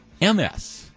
MS